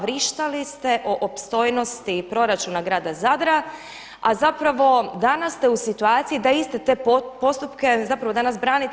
Vrištali ste o opstojnosti proračuna Grada Zadra, a zapravo danas ste u situaciji da iste te postupke zapravo danas branite.